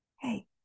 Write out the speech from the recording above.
Hey